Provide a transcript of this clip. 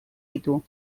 ditu